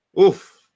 Oof